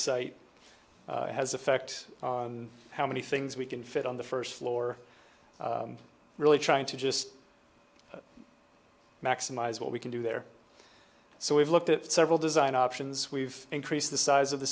site has affect how many things we can fit on the first floor really trying to just maximize what we can do there so we've looked at several design options we've increased the size of the